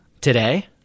today